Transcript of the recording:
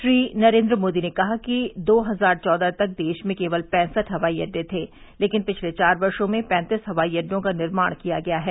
श्री नरेन्द्र मोदी ने कहा कि दो हजार चौदह तक देश मे केवल पैसठ हवाई अड्डे थे लेकिन पिछले चार वर्षो में पैंतीस हवाई अड्डों का निर्माण किया गया है